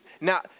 Now